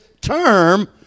term